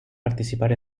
participar